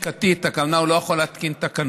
תחיקתית, הכוונה שהוא לא יכול להתקין תקנות,